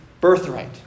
birthright